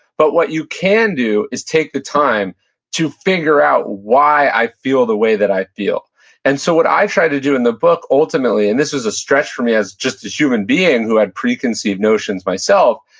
but what you can do is take the time to figure out why i feel the way that i feel and so what i tried to do in the book, ultimately, and this was a stretch for me as just a human being who had preconceived notions myself,